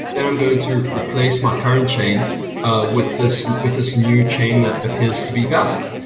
then i'm going to replace my current chain with this with this new chain that appears to be valid.